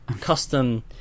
custom